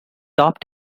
top